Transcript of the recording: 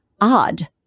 odd